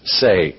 say